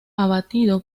abatido